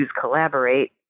collaborate